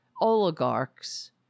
oligarchs